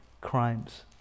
crimes